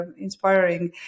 inspiring